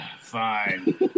Fine